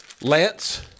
Lance